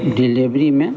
delivery में